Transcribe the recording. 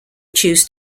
choose